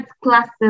classes